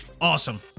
awesome